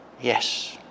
Yes